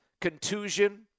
contusion